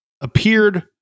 appeared